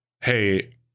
Hey